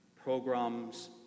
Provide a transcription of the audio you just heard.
programs